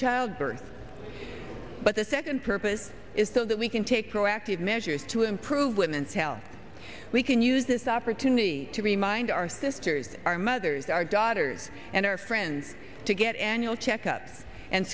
childbirth but the second purpose is so that we can take proactive measures to improve women's health we can use this opportunity to remind our sisters our mothers our daughters and our friends to get annual checkups and